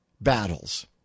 battles